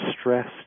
stress